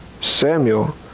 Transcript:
Samuel